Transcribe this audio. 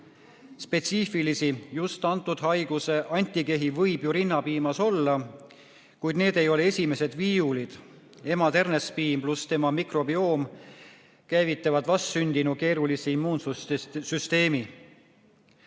Spetsiifilisi, just selle haiguse antikehi võib ju rinnapiimas olla, kuid need ei ole esimesed viiulid. Ema ternespiim pluss tema mikrobioom käivitavad vastsündinu keerulise immuunsüsteemi.